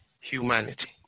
humanity